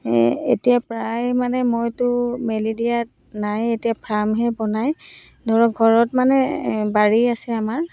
এই এতিয়া প্ৰায় মানে মইতো মেলি দিয়াত নাইয়ে এতিয়া ফাৰ্মহে বনায় ধৰক ঘৰত মানে বাৰী আছে আমাৰ